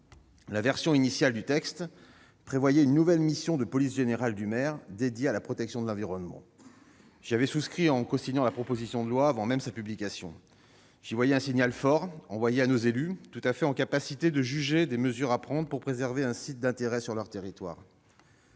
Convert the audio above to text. La version initiale du texte prévoyait une nouvelle mission de police générale du maire, dédiée à la protection de l'environnement. J'y avais souscrit, en cosignant la proposition de loi avant même sa publication. J'y voyais un signal fort envoyé à nos élus, tout à fait en capacité de juger des mesures à prendre pour préserver un site d'intérêt sur leur territoire.